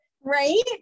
Right